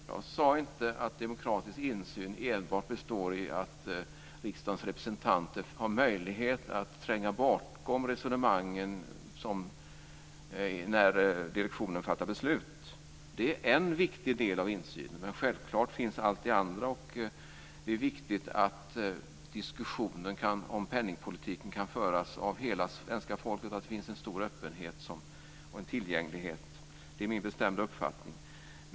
Fru talman! Jag sade inte att demokratisk insyn enbart består i att riksdagens representanter har möjlighet att tränga bakom resonemangen när direktionen fattar beslut. Det är en viktig del av insynen, men självklart finns också allt det andra. Det är viktigt att diskussionen om penningpolitiken kan föras av hela svenska folket, att det finns en stor öppenhet och tillgänglighet. Det är min bestämda uppfattning.